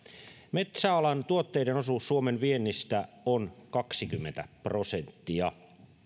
metsäalan tuotteiden osuus suomen viennistä on kaksikymmentä prosenttia